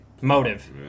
motive